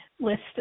list